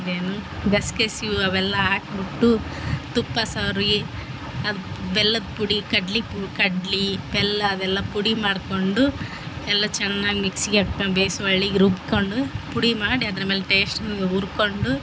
ಅದೇನು ಬೆಸ್ಗಸಿವ್ ಅವೆಲ್ಲ ಹಾಕ್ಬುಟ್ಟು ತುಪ್ಪ ಸವರಿ ಅದ್ಕೆ ಬೆಲ್ಲದ ಪುಡಿ ಕಡ್ಲಿ ಪು ಕಡ್ಲಿ ಬೆಲ್ಲ ಅವೆಲ್ಲ ಪುಡಿ ಮಾಡ್ಕೊಂಡು ಎಲ್ಲ ಚೆನ್ನಾಗಿ ಮಿಕ್ಸಿಗೆ ಹಾಕೊಂಡು ಬೇಸ್ವಳ್ಳಿ ರುಬ್ಕೊಂಡು ಪುಡಿ ಮಾಡಿ ಅದ್ರ ಮೇಲೆ ಟೇಸ್ಟಲ್ಲಿ ಹುರ್ಕೊಂಡು